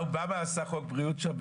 אובמה עשה שם חוק בריאות.